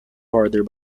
border